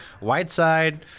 Whiteside